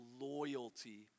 loyalty